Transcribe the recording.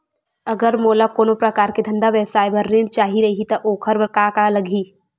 अगर मोला कोनो प्रकार के धंधा व्यवसाय पर ऋण चाही रहि त ओखर बर का का लगही?